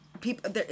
people